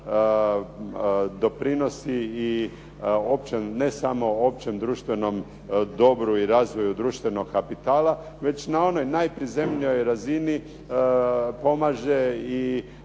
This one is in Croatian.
doprinosi i ne samo općem društvenom dobru i razvoju društvenog kapitala, već na onoj naprizemnijoj razini pomaže i